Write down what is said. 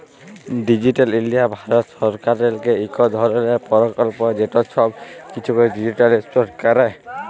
digital India Bharat সরকারেরলে ইক ধরলের পরকল্প যেট ছব কিছুকে ডিজিটালাইস্ড ক্যরে